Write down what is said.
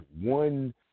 one